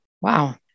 Wow